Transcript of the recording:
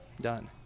done